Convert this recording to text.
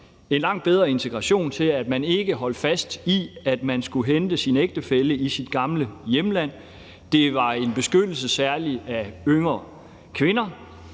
en langt bedre integration, til, at man ikke holdt fast i, at man skulle hente sin ægtefælle i sit gamle hjemland, og det var en beskyttelse særlig af yngre kvinder,